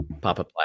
Papa